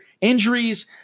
Injuries